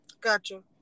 Gotcha